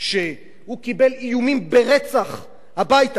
שהוא קיבל איומים ברצח הביתה.